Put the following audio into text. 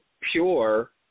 pure